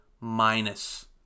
minus